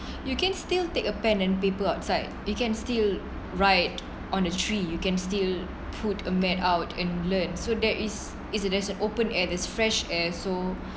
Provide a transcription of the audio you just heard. you can still take a pen and paper outside you can still ride on the tree you can still put a mat out and learn so there is is it as an open air there's fresh air so